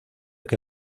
que